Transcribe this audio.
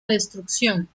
destrucción